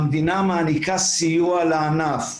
המדינה מעניקה סיוע לענף,